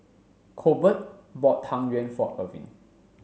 Colbert bought Tang Yuen for Irvine